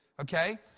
okay